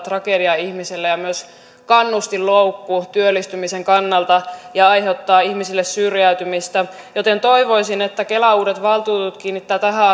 tragedia ihmiselle ja myös kannustinloukku työllistymisen kannalta ja aiheuttaa ihmisille syrjäytymistä joten toivoisin että kelan uudet valtuutetut kiinnittävät tähän